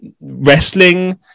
wrestling